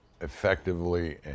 effectively